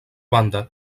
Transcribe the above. banda